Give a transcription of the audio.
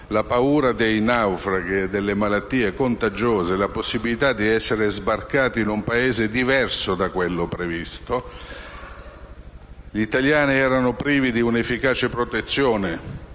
la paura dei naufragi e delle malattie contagiose e la possibilità di essere sbarcati in un Paese diverso da quello previsto. Gli italiani erano privi di un'efficace protezione